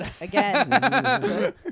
Again